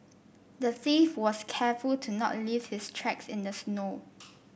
the thief was careful to not leave his tracks in the snow